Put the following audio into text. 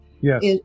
Yes